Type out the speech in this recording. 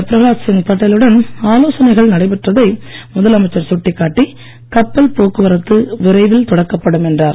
பிரஹலாத்சிங் பட்டே லுடன் ஆலோசனைகள் நடைபெற்றதை முதலமைச்சர் சுட்டிக்காட்டி கப்பல் போக்குவரத்து விரைவில் தொடக்கப்படும் என்றார்